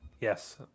Yes